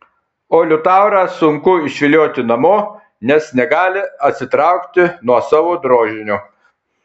o liutaurą sunku išvilioti namo nes negali atsitraukti nuo savo drožinio